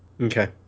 okay